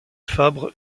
fabre